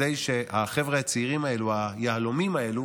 כדי שהחבר'ה הצעירים האלה, היהלומים האלה,